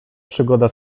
przygoda